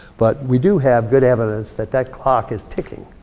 but we do have good evidence that, that clock is ticking.